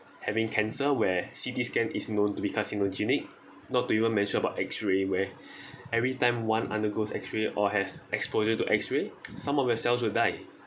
having cancer where C_T scan is known to be carcinogenic not to even mention about x-ray where every time one undergoes x-ray or has exposure to x-ray some of your cells will die